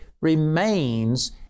remains